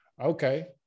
Okay